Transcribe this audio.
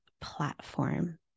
platform